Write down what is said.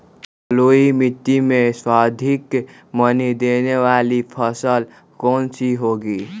बलुई मिट्टी में सर्वाधिक मनी देने वाली फसल कौन सी होंगी?